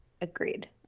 Agreed